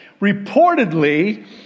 Reportedly